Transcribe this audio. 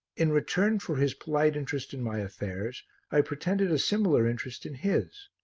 in return for his polite interest in my affairs i pretended a similar interest in his,